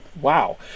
wow